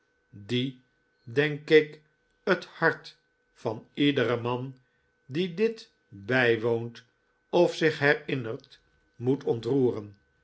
die denk ik het hart van iederen man die dit bijwoont of zich herinnert moet ontroeren